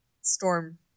storm